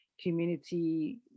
community